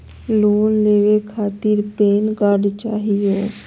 Loan लेवे खातीर PAN card चाहियो?